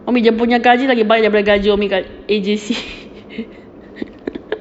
umi dia punya gaji lagi banyak daripada gaji A_J_C